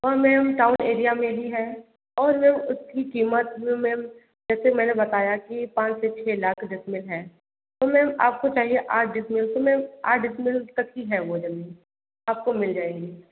तो ma'am town area में ही है और मेम उसकी कीमत वो मेम जैसे मैंने बताया कि पाँच से छः लाख डिसमिल है तो मेम आपको चाहिए आठ डिसमिल तो मेम आठ डिसमिल तक ही है वो जमीन आपको मिल जाएगी